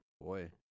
Boy